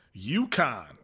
UConn